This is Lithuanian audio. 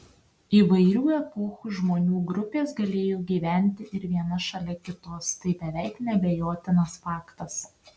įvairių epochų žmonių grupės galėjo gyventi ir viena šalia kitos tai beveik neabejotinas faktas